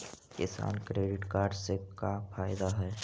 किसान credit card से का फायदा है?